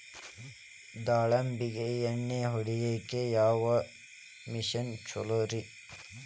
ದಾಳಿಂಬಿಗೆ ಎಣ್ಣಿ ಹೊಡಿಯಾಕ ಯಾವ ಮಿಷನ್ ಛಲೋರಿ?